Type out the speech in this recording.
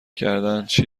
کردنچی